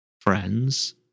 friends